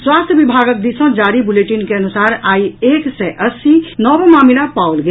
स्वास्थ्य विभागक दिस सँ जारी बुलेटिन के अनुसार आई एक सय अस्सी नव मामिला पाओल गेल